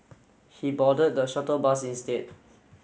he boarded the shuttle bus instead